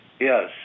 Yes